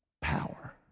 power